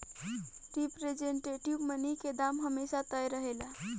representative money के दाम हमेशा तय रहेला